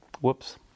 Whoops